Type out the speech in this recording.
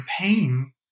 pain